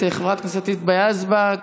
את חברת הכנסת היבה יזבק,